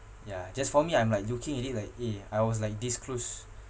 yeah just for me I'm like looking at it like eh I was like this close